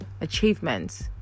achievements